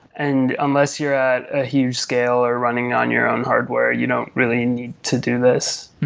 and unless you're at a huge scale or running on your own hardware, you don't really need to do this.